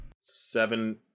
Seven